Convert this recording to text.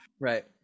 right